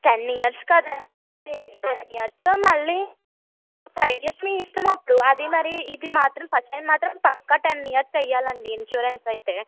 ten years కదండీ ten ఇయర్స్లో మళ్ళీ ఫైవ్ ఇయర్స్ మీ ఇష్టం అప్పుడు అది మరి ఇది మాత్రం ఫస్ట్ టైం మాత్రం పక్క టెన్ ఇయర్స్ చేయాలండీ ఇన్సూరెన్స్ అయితే